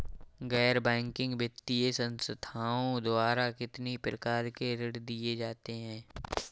गैर बैंकिंग वित्तीय संस्थाओं द्वारा कितनी प्रकार के ऋण दिए जाते हैं?